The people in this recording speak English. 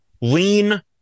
lean